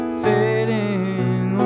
fading